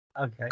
okay